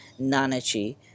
Nanachi